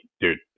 dude